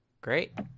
Great